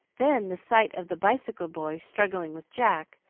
then the sight of the bicycle boy struggling with jack,